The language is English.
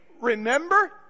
remember